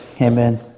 Amen